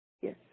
Yes